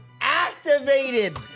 activated